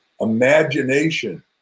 imagination